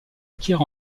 acquiert